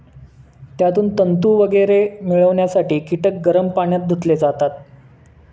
त्यातून तंतू वगैरे मिळवण्यासाठी कीटक गरम पाण्यात धुतले जातात